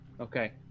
Okay